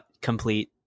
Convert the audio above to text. complete